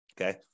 Okay